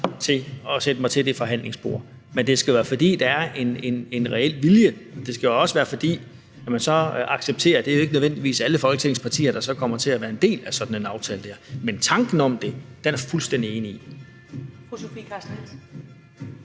til at sætte mig ved det forhandlingsbord. Men det skal være, fordi der er en reel vilje, og det skal også være, fordi man så accepterer, at det jo ikke nødvendigvis er alle Folketingets partier, der kommer til at være en del af sådan en aftale der. Men tanken om det er jeg fuldstændig enig i.